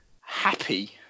happy